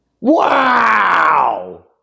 Wow